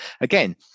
again